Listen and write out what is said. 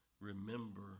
Remember